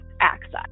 access